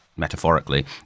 metaphorically